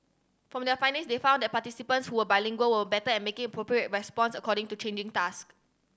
from their findings they found their participants who were bilingual were better at making appropriate response according to changing task